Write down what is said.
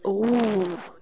oh